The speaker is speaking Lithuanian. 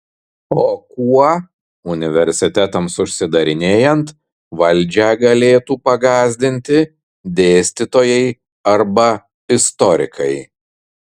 o kuo universitetams užsidarinėjant valdžią galėtų pagąsdinti dėstytojai arba istorikai